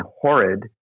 horrid